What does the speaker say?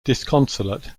disconsolate